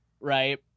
right